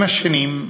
עם השנים,